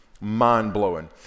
mind-blowing